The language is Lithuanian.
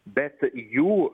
bet jų